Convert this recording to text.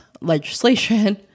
legislation